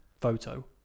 photo